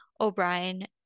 O'Brien